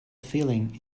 feeling